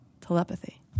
telepathy